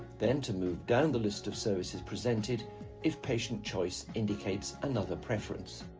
then to move down the list of services presented if patient choice indicates another preference.